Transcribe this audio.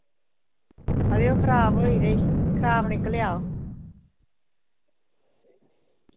ते ओह् खराब होई गेदा ई ओह् खराब निकलेआ